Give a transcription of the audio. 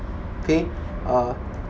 okay uh